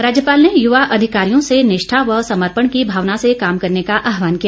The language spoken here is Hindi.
राज्यपाल ने युवा अधिकारियों से निष्ठा व समर्पण की भावना से काम करने का आहवान किया